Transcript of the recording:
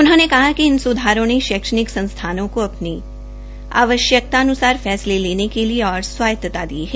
उन्होंने कहा कि इन सुधारों ने शैक्षणिक संस्थानों को अपनी आवश्यकतान्सार फैसले लेने के लिए गैर स्वायता दी है